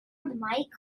mike